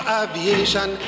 aviation